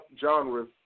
genres